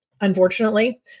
unfortunately